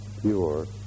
pure